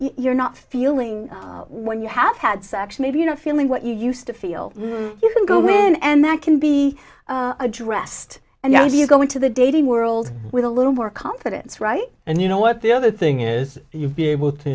you're not feeling when you have had sex maybe you know feeling what you used to feel you can go men and that can be addressed and you know if you go into the dating world with a little more confidence right and you know what the other thing is you'd be able to